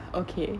okay